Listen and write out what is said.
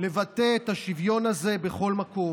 לבטא את השוויון הזה בכל מקום.